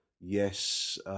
yes